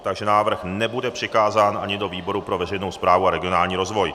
Takže návrh nebude přikázán ani do výboru pro veřejnou správu a regionální rozvoj.